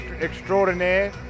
extraordinaire